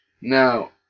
now